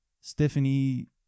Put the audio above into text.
Stephanie